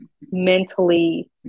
mentally